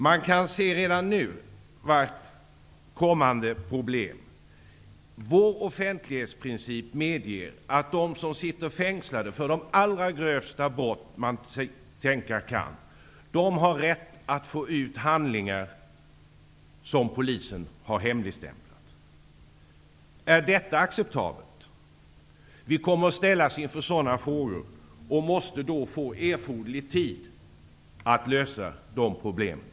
Vi kan redan nu se vilka problem vi kan komma att få. Vår offentlighetsprincip medger att de som sitter fängslade för de allra grövsta man kan tänka sig har rätt att få ut handlingar som polisen har hemligstämplat. Är detta acceptabelt? Vi kommer att ställas inför sådana frågor, och vi måste då få erforderlig tid för att lösa problemen.